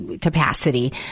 capacity